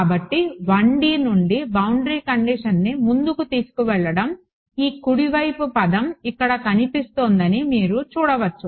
కాబట్టి 1D నుండి boundary కండిషన్ని ముందుకు తీసుకువెళ్లడం ఈ కుడి వైపు పదం ఇక్కడ కనిపించబోతోందని మీరు చూడవచ్చు